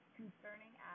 concerning